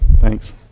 Thanks